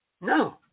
No